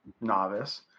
novice